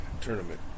tournament